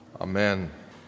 Amen